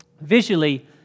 visually